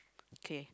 okay